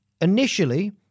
Initially